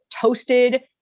toasted